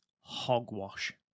hogwash